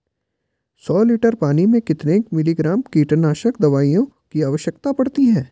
सौ लीटर पानी में कितने मिलीग्राम कीटनाशक दवाओं की आवश्यकता पड़ती है?